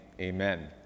amen